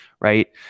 right